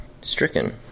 stricken